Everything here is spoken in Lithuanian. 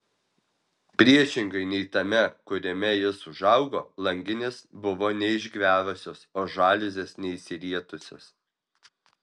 priešingai nei tame kuriame jis užaugo langinės buvo neišgverusios o žaliuzės neišsirietusios